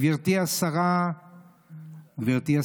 גברתי השרה,